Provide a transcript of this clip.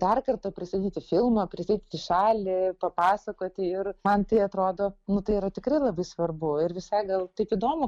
dar kartą pristatyti filmą pristatyti šalį papasakoti ir man tai atrodo nu tai yra tikrai labai svarbu ir visai gal taip įdomu